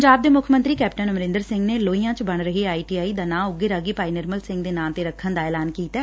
ਪੰਜਾਬ ਦੇ ਮੁੱਖ ਮੰਤਰੀ ਕੈਪਟਨ ਅਮਰੰਦਰ ਸਿੰਘ ਨੇ ਲੋਹੀਆਂ 'ਚ ਬਣ ਰਹੀ ਆਈਟੀਆਈ ਦਾ ਨਾਂ ਉਘੇ ਰਾਗੀ ਭਾਈ ਨਿਰਮਲ ਸਿੰਘ ਦੇ ਨਾਂ ਤੇ ਰੱਖਣ ਦਾ ਐਲਾਨ ਕੀਤੈ